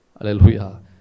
Hallelujah